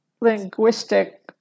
linguistic